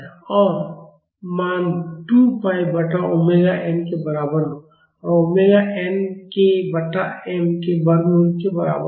और मान 2 पाई बटा ओमेगा n के बराबर होगा और ओमेगा n k बटा m के वर्गमूल के बराबर होगा